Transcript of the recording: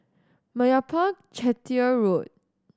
Meyappa Chettiar Road